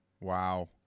wow